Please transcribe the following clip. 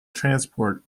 transport